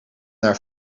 naar